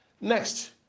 Next